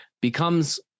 becomes